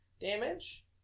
damage